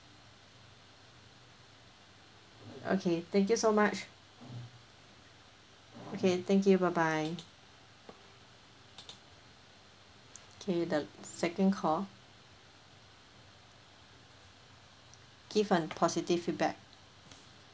okay thank you so much okay thank you bye bye okay the second call give an positive feedback